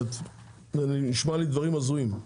זה נשמע לי כמו דברים הזויים.